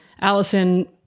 Allison